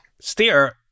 steer